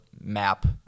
map